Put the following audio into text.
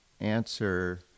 answer